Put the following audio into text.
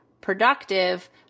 productive